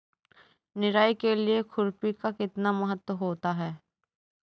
निराई के लिए खुरपी का कितना महत्व होता है?